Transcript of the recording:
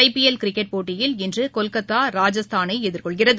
IPL cricket போட்டியில் இன்று கொல்கத்தா ராஜஸ்தானை எதிர்கொள்கிறது